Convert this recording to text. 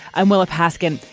i'm willa paskin.